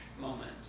moment